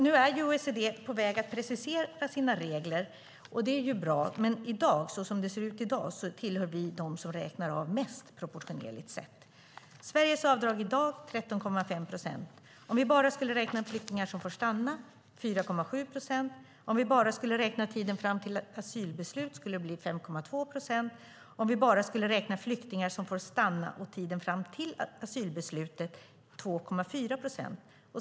Nu är OECD på väg att precisera sina regler. Det är bra. Men som det ser ut i dag tillhör Sverige de länder som räknar av mest proportionerligt sett. Sveriges avdrag i dag är 13,5 procent. Om vi bara skulle räkna flyktingar som får stanna blir det 4,7 procent, om vi bara skulle räkna tiden fram till asylbeslut blir det 5,2 procent och om vi bara skulle räkna flyktingar som får stanna och tiden fram till asylbeslutet blir det 2,4 procent.